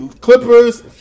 Clippers